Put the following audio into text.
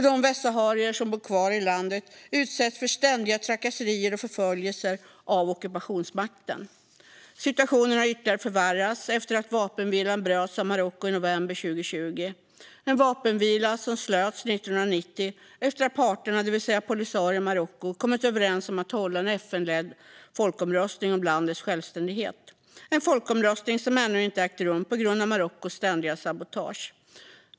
De västsaharier som bor kvar i landet utsätts för ständiga trakasserier och förföljelser av ockupationsmakten. Situationen har ytterligare förvärrats efter att vapenvilan bröts av Marocko i november 2020. Det var en vapenvila som slöts 1990 efter att parterna, det vill säga Polisario och Marocko, kommit överens om att hålla en FN-ledd folkomröstning om landets självständighet. Det är en folkomröstning som ännu inte ägt rum på grund av Marockos ständiga sabotage.